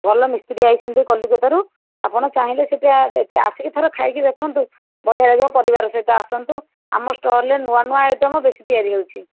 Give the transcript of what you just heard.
ଭଲ ମିସ୍ତ୍ରୀ ଆସିଛନ୍ତି କଲିକତାରୁ ଆପଣ ଚାହିଁଲେ ସେଇଟା ଆସିକି ଥରେ ଖାଇକି ଦେଖନ୍ତୁ ବଢ଼ିଆ ଲାଗିବ ପରିବାର ସହିତ ଆସନ୍ତୁ ଆମ ଷ୍ଟଲ ରେ ନୂଆ ନୂଆ ଆଇଟମ ବେଶୀ ତିଆରି ହେଉଛି